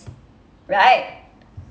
right